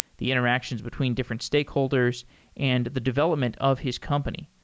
the interactions between different stakeholders and the development of his company.